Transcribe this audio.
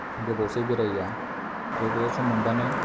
गोबावसै बेरायैया थेवबो सम मोनब्लानो